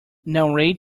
narrate